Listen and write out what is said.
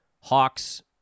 Hawks